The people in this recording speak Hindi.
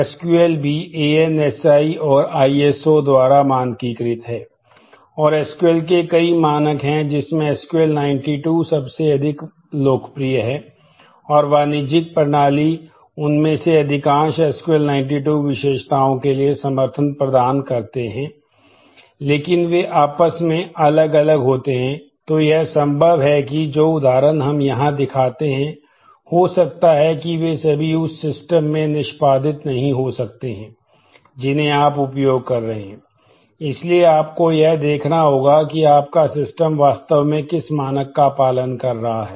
एसक्यूएल वास्तव में किस मानक का पालन कर रहा है